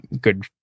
good